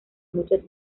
muchas